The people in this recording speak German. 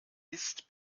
ist